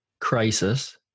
crisis